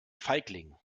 feigling